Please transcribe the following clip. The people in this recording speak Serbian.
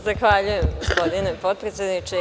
Zahvaljujem gospodine potpredsedniče.